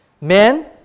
men